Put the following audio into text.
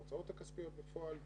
ההוצאות הכספיות בפועל.